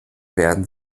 werden